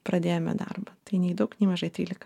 pradėjome darbą tai nei daug nei mažai trylika